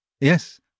Yes